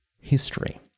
history